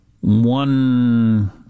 One